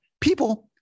People